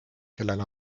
kellel